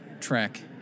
track